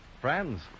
Friends